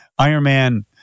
Ironman